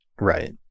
Right